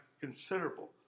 considerable